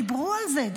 דיברו על זה.